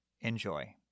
Enjoy